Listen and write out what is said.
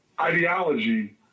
ideology